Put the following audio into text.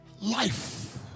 life